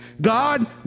God